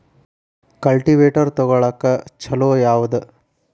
Cultivator ತೊಗೊಳಕ್ಕ ಛಲೋ ಯಾವದ?